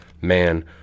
man